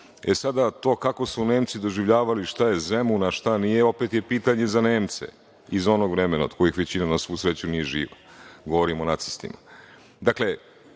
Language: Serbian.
Sada, to kako su Nemci doživljavali šta je Zemun, a šta nije, opet je pitanje za Nemce iz onog vremena, a od kojih većina, na svu sreću, nije živa. Govorim o nacistima. Dakle,